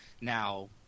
now